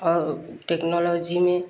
और टेक्नोलोजी में